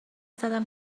زدم